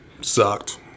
sucked